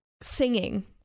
singing